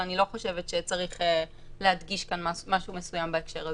אני לא חושבת שצריך להדגיש כאן משהו מסוים בהקשר הזה.